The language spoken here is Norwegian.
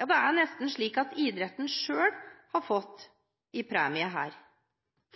Ja, det er nesten slik at idretten selv har fått en premie her,